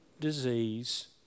disease